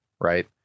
right